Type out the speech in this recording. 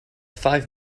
five